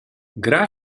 gra